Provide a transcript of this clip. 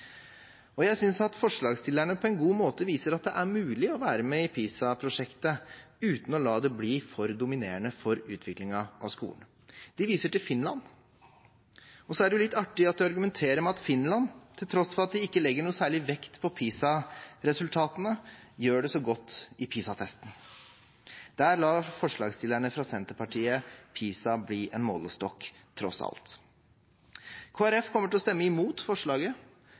Jeg synes at forslagsstillerne på en god måte viser at det er mulig å være med i PISA-prosjektet uten å la det bli for dominerende for utviklingen av skolen. De viser til Finland, og så er det litt artig at de argumenterer med at Finland, til tross for at de ikke legger noen særlig vekt på PISA-resultatene, gjør det så godt i PISA-testen. Der lar forslagsstillerne fra Senterpartiet PISA bli en målestokk, tross alt. Kristelig Folkeparti kommer til å stemme imot forslaget